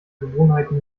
gewohnheiten